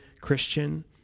Christian